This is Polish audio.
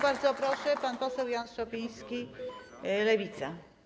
Bardzo proszę, pan poseł Jan Szopiński, Lewica.